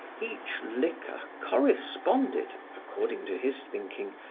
each liquor corresponded, according to his thinking,